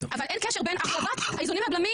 אבל אין קשר בין החרבת האיזונים והבלמים